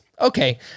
Okay